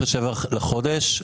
למרץ,